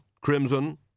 crimson